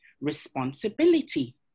Responsibility